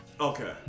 Okay